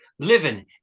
living